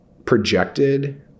Projected